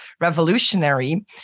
revolutionary